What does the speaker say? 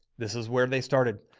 this is where they started.